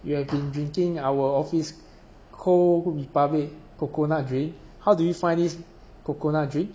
you have been drinking our office co~ republic coconut drink how do you find this coconut drink